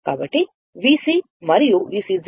కాబట్టి VC మరియు VC 100